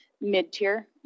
mid-tier